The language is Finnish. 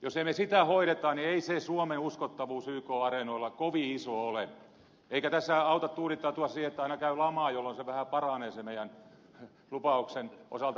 jos emme sitä hoida niin ei se suomen uskottavuus yk areenoilla kovin iso ole eikä tässä auta tuudittautua siihen että aina käy lama jolloin se läheneminen vähän paranee meidän lupauksemme osalta